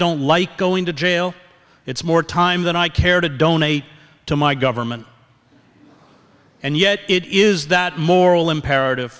don't like going to jail it's more time than i care to donate to my government and yet it is that moral imperative